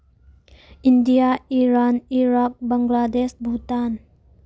India Iran Iraq Bangladesh Bhutan